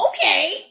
okay